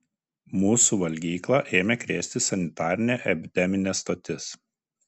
mūsų valgyklą ėmė krėsti sanitarinė epideminė stotis